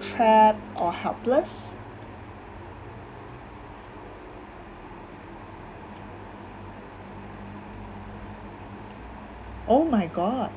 trap or helpless oh my god